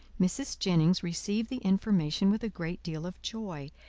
mrs. jennings received the information with a great deal of joy,